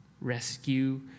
Rescue